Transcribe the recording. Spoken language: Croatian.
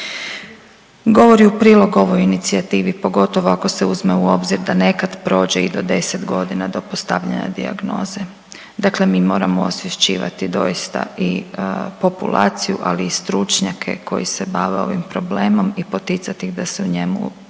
govori u prilog ovoj inicijativi, pogotovo ako se uzme u obzir da nekad prođe i do 10.g. do postavljanja dijagnoze. Dakle mi moramo osvješćivati doista i populaciju, ali i stručnjake koji se bave ovim problemom i poticat ih da se o njemu